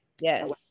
Yes